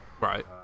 Right